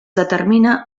determina